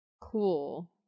cool